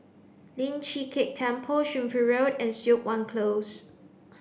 Lian Chee Kek Temple Shunfu Road and Siok Wan Close